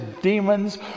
demons